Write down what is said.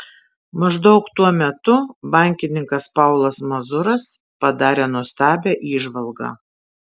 maždaug tuo metu bankininkas paulas mazuras padarė nuostabią įžvalgą